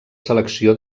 selecció